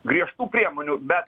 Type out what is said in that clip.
griežtų priemonių bet